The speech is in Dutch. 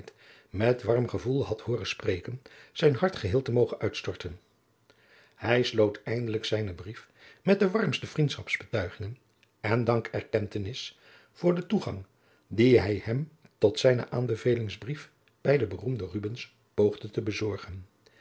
met warm gevoel had hooren spreken zijn hart geheel te mogen uitstorten hij sloot eindelijk zijnen brief met de warmste vriendschapsbetuigingen en dankerkentenis voor den toegang dien hij hem door zijnen aanbevelingsbrief bij den beroemden rubbens poogde te bezorgen